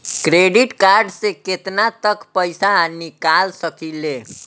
Credit card से केतना तक पइसा निकाल सकिले?